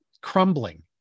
crumbling